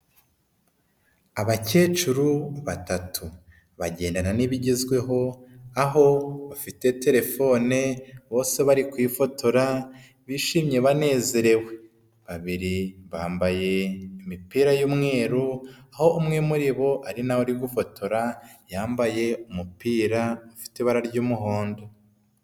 Abakecuru batatu bagendana n'ibigezweho aho bafite telefone bose bari kwifotora bishimye banezerewe, babiri bambaye imipira y'umweru aho umwe muri bo ari na we ari gufotora yambaye umupira ufite ibara ry'umuhondo.